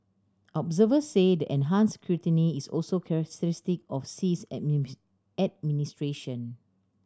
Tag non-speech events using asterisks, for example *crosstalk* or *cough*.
observers say the enhanced scrutiny is also characteristic of Xi's *unintelligible* administration